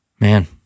Man